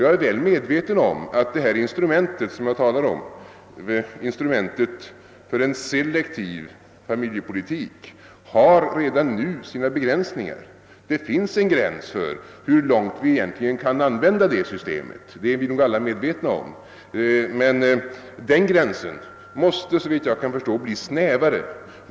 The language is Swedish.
Jag är väl medveten om att instrumentet för en selektiv familjepolitik redan nu har sina begränsningar. Det finns en gräns för hur långt vi kan använda det systemet — det är vi nog alla medvetna om — men den gränsen måste såvitt jag kan förstå bli snävare.